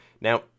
now